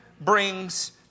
brings